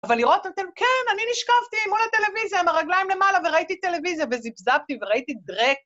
אבל לראות אותם, כן, אני נשקפתי מול הטלוויזיה, עם הרגליים למעלה וראיתי טלוויזיה וזיפזפתי וראיתי דרק.